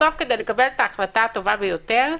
בסוף כדי לקבל את ההחלטה הטובה ביותר,